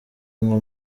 nko